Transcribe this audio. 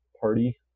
party